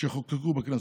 שחוקקו בכנסת.